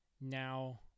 now